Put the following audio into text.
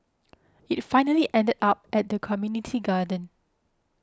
it finally ended up at the community garden